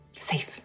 safe